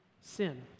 sin